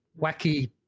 wacky